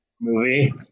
movie